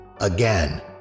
again